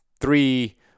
three